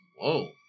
whoa